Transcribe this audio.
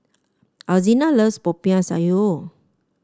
Alzina loves Popiah Sayur